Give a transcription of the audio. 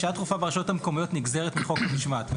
השעיה דחופה ברשויות המקומיות נגזרת מחוק המשמעת.